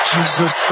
Jesus